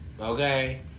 Okay